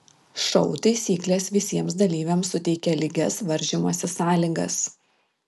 šou taisyklės visiems dalyviams suteikia lygias varžymosi sąlygas